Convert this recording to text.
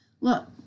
Look